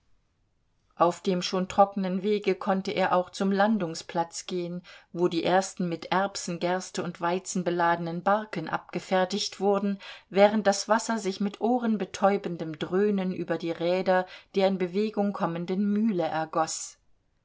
auf dem schon trockenen wege konnte er auch zum landungsplatz gehen wo die ersten mit erbsen gerste und weizen beladenen barken abgefertigt wurden während das wasser sich mit ohrenbetäubendem dröhnen über die räder der in bewegung kommenden mühle ergoß